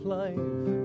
life